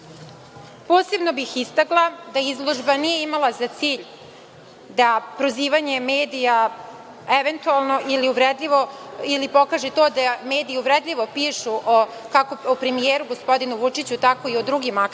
bih istakla da izložba nije imala za cilj da prozivanje medija eventualno ili uvredljivo ili pokaže to da mediji uvredljivo pišu kako o premijeru, gospodinu Vučiću, tako i o drugim akterima,